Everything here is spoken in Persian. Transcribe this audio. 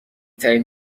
ترین